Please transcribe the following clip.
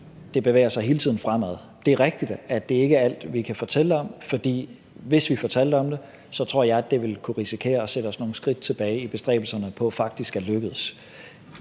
det bevæger sig hele tiden fremad. Det er rigtigt, at det ikke er alt, vi kan fortælle om, for hvis vi fortalte om det, tror jeg, det ville kunne sætte os nogle skridt tilbage i bestræbelserne på faktisk at lykkes.